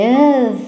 Yes